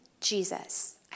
Jesus